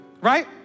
right